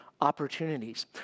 opportunities